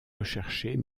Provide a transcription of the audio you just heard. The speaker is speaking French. recherchés